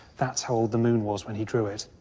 that's how old the moon was when he drew it.